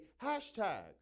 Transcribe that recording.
hashtag